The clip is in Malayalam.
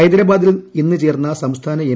ഹൈദരാബാദിൽ ഇന്ന് ചേർന്ന സംസ്ഥാന എം